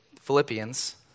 Philippians